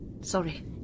sorry